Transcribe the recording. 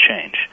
change